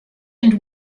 and